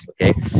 Okay